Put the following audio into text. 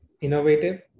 innovative